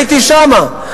הייתי שמה,